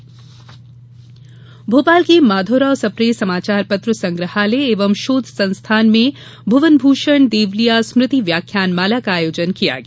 व्याख्यानमाला भोपाल के माधवराव सप्रे समाचार पत्र संग्रहालय एवं शोध संस्थान में भुवनभूषण देवलिया स्मृति व्याख्यानमाला का आयोजन किया गया